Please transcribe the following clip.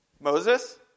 Moses